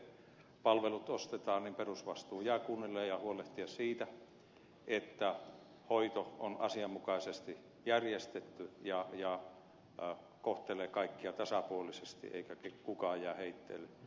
vaikka sitten palvelut ostetaan perusvastuu jää kunnille huolehtia siitä että hoito on asianmukaisesti järjestetty ja kohtelee kaikkia tasapuolisesti eikä kukaan jää heitteelle